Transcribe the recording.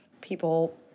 people